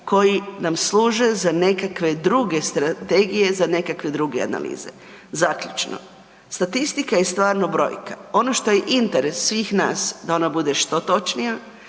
koji nam služe za nekakve druge strategije, za nekakve druge analize. Zaključno, statistika je stvarno brojka. Ono što je interes svih nas, da ona bude što točnija,